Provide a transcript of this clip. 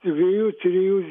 dviejų trijų